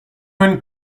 earned